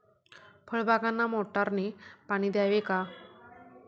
फळबागांना मोटारने पाणी द्यावे का?